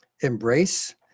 embrace